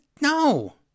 No